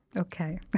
Okay